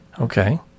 Okay